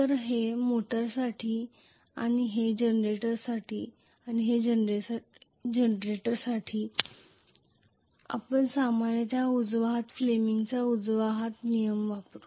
तर हे मोटरसाठी आहे आणि हे जनरेटरसाठी आहे आपण सामान्यत उजवा हात फ्लेमिंगचा Fleming's उजवा हात नियम वापरू